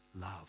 love